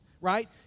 right